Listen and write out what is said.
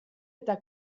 eta